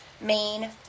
main